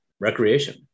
recreation